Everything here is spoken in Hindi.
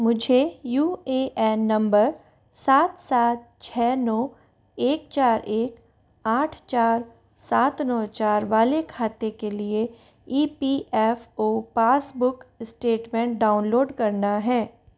मुझे यू ए एन नम्बर सात सात छः नौ एक चार एक आठ चार सात नौ चार वाले खाते के लिए E P F O passbook statement download करना है